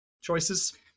choices